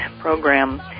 program